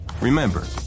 Remember